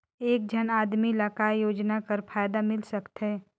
एक झन आदमी ला काय योजना कर फायदा मिल सकथे?